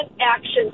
actions